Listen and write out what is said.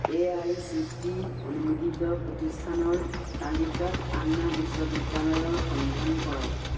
A I C T অনুমোদিত প্ৰতিষ্ঠানৰ তালিকাত আন্না বিশ্ববিদ্যালয়ৰ সন্ধান কৰক